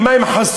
מה, הם חסינים?